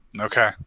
Okay